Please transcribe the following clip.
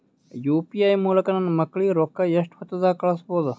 UPI ಮೂಲಕ ನನ್ನ ಮಕ್ಕಳಿಗ ರೊಕ್ಕ ಎಷ್ಟ ಹೊತ್ತದಾಗ ಕಳಸಬಹುದು?